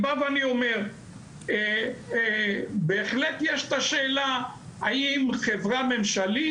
אני אגיד גם עוד דבר אחד,